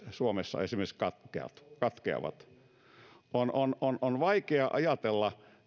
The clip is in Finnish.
suomessa esimerkiksi sähköyhteydet vain katkeavat on on vaikea ajatella